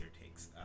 takes